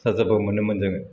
साजाबो मोनोमोन जोङो